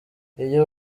iyo